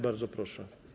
Bardzo proszę.